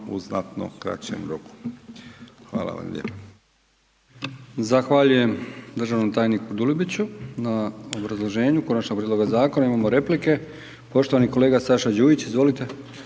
u znatno kraćem roku. Hvala vam lijepo.